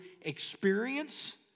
experience